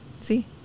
See